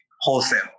wholesale